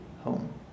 home